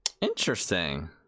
interesting